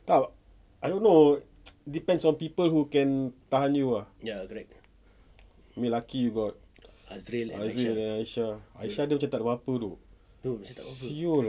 uh I don't know depends on people who can tahan you ah lucky you got